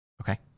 okay